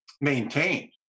maintained